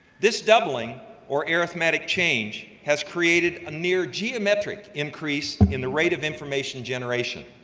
this doubling or arithmetic change has created a near geometric increase in the rate of information generation.